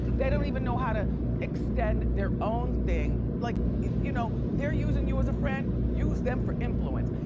they don't even know how to extend their own thing. like, you know, they're using you as a friend, use them for influence,